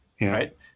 right